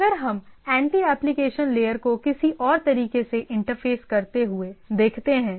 अगर हम anti application layer को किसी और तरीके से इंटरफेस करते हुए देखते हैं